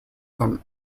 from